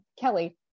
Kelly